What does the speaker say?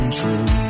true